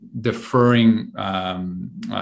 deferring